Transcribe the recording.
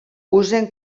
usen